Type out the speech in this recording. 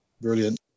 brilliant